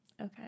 Okay